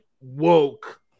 woke